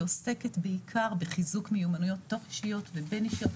עוסקת בעיקר בחיזוק מיומנויות תוך-אישיות ובין-אישיות,